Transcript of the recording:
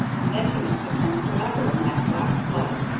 and then he must have sunk forever in that black flood.